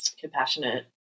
compassionate